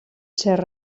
ser